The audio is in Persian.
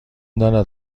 دارد